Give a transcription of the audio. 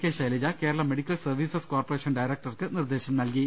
K Shailaja Kerala medical services corporation ഡയറക്ടർക്ക് നിർദ്ദേശം നൽകി